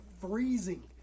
freezing